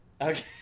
Okay